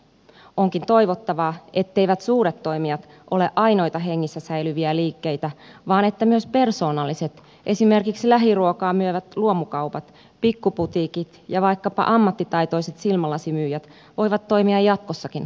onkin toivottavaa etteivät suuret toimijat ole ainoita hengissä säilyviä liikkeitä vaan että myös persoonalliset esimerkiksi lähiruokaa myyvät luomukaupat pikkuputiikit ja vaikkapa ammattitaitoiset silmälasimyyjät voivat toimia jatkossakin kannattavasti